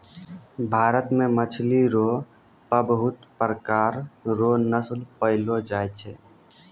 भारत मे मछली रो पबहुत प्रकार रो नस्ल पैयलो जाय छै